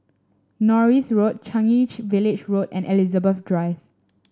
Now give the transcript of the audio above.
Norris Road Changi Village Road and Elizabeth Drive